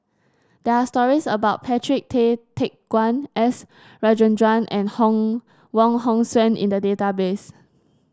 there are stories about Patrick Tay Teck Guan S Rajendran and Hong Wong Hong Suen in the database